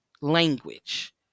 language